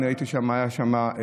הייתי שם,